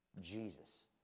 jesus